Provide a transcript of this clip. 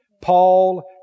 Paul